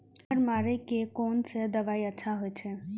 खर मारे के कोन से दवाई अच्छा होय छे?